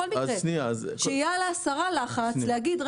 שיהיה על השרה לחץ להגיד,